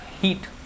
heat